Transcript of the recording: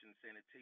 sanitation